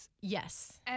yes